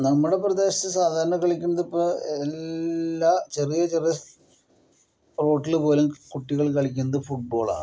നമ്മുടെ പ്രദേശത്ത് സാധാരണ കളിക്കുന്നതിപ്പോൾ എല്ലാ ചെറിയ ചെറിയ റോട്ടില് പോലും കുട്ടികള് കളിക്കുന്നത് ഫുഡ്ബോളാണ്